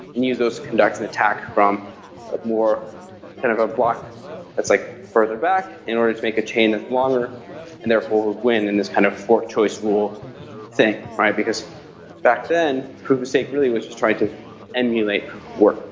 and use those to conduct an attack from a more kind of ah walk it's like further back, in order to make a chain that's longer and therefore will win in this kind of four choice rule thing. because back then, proof of stake really was just trying to emulate proof of work